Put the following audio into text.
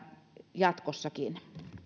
jatkossakin